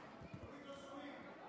אתה יכול לעשות לי קצת שקט, אדוני היושב-ראש?